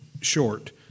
short